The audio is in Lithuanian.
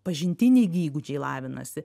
pažintiniai įgūdžiai lavinasi